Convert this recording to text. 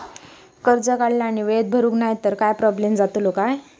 कर्ज काढला आणि वेळेत भरुक नाय तर काय प्रोब्लेम जातलो काय?